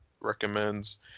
recommends